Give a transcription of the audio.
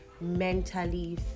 mentally